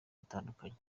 butandukanye